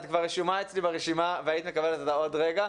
את כבר רשומה אצלי ברשימה והיית מקבלת אותה עוד רגע.